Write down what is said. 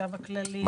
החשב הכללי כולם.